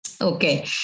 Okay